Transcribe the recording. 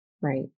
right